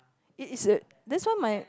it is uh that's why my